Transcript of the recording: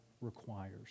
requires